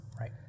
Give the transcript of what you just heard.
right